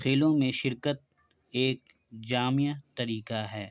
کھیلوں میں شرکت ایک جامع طریقہ ہے